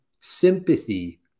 sympathy